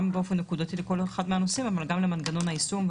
באופן נקודתי לכל אחד מהנושאים וגם למנגנון היישום,